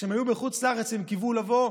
כשהם היו בחוץ לארץ הם קיוו לבוא,